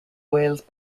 wales